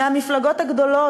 מהמפלגות הגדולות.